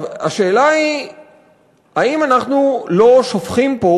השאלה היא האם אנחנו לא שופכים פה